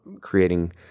creating